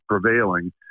prevailing